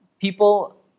people